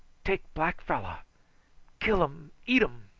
take black fellow kill um, eatum.